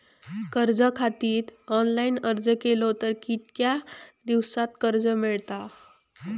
कर्जा खातीत ऑनलाईन अर्ज केलो तर कितक्या दिवसात कर्ज मेलतला?